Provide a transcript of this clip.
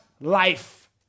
life